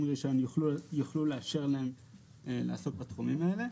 מרישיון יוכלו לאשר להם לעסוק בתחומים האלה.